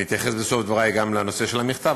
אני אתייחס בסוף דברי גם לנושא של המכתב,